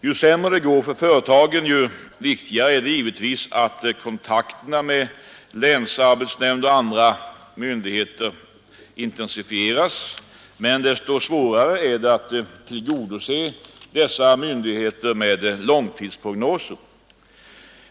Ju sämre det går för företagen, ju viktigare är det givetvis att kontakterna med länsarbetsnämnd och andra myndigheter intensifieras, men desto svårare är det att tillgodose vissa myndigheter med långtidsprognoser.